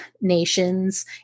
nations